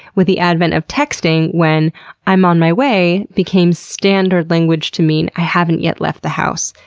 with the advent of texting when i'm on my way became standard language to mean i haven't yet left the house,